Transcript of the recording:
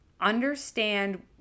understand